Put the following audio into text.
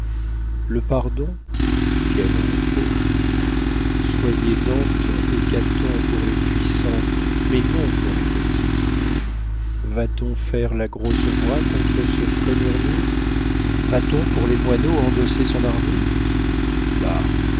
le pardon quel repos soyez dante et caton pour les puissants mais non pour les petits va-t-on faire la grosse voix contre ce frais murmure va-t-on pour les moineaux endosser son armure bah